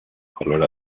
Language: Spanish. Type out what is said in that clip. color